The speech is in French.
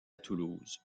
toulouse